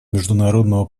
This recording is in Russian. международного